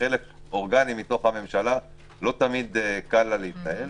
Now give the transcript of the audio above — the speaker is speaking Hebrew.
וכחלק אורגני מתוך הממשלה לא תמיד קל לה להתנהל,